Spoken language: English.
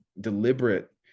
deliberate